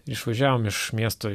išvažiavom iš miesto